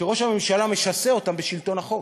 שראש הממשלה משסה אותם בשלטון החוק,